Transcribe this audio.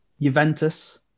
Juventus